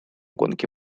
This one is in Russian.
гонки